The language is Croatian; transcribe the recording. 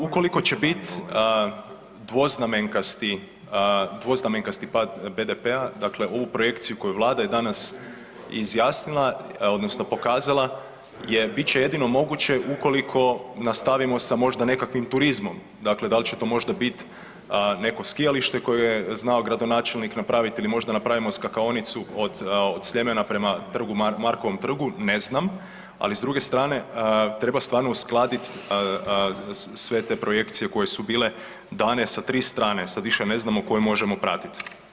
Ukoliko će bit, dvoznamenkasti, dvoznamenkasti pad BDP-a dakle ovu projekciju koju Vlada je danas izjasnila odnosno pokazala, je bit će jedino moguće ukoliko nastavimo sa možda nekakvim turizmom, dakle dal' će to možda bit, neko skijalište koje je znao gradonačelnik napraviti ili možda napravimo skakaonicu od Sljemena prema Trgu Marka, Markovom trgu, ne znam, ali s druge strane treba stvarno uskladit sve te projekcije koje su bile dane sa tri strane, sad više ne znamo koju možemo pratit.